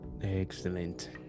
excellent